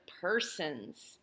persons